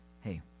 hey